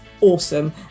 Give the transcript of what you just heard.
awesome